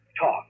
talk